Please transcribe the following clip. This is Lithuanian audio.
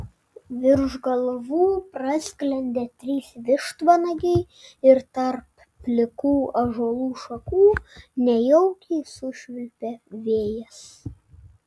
virš galvų prasklendė trys vištvanagiai ir tarp plikų ąžuolų šakų nejaukiai sušvilpė vėjas